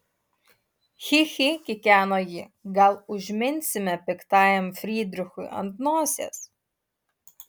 chi chi kikeno ji gal užminsime piktajam frydrichui ant nosies